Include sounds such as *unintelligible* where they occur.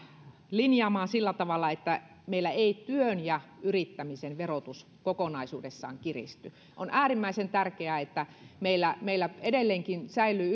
linjaamaan asiat sillä tavalla että meillä ei työn ja yrittämisen verotus kokonaisuudessaan kiristy on äärimmäisen tärkeää että meillä meillä edelleenkin säilyy *unintelligible*